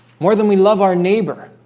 more than we love our neighbor